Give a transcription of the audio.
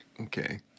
okay